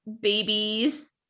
babies